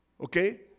Okay